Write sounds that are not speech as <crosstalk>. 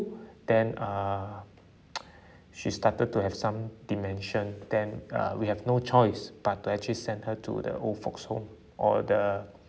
then uh <noise> she started to have some dementia then uh we have no choice but to actually sent her to the old folks' home or the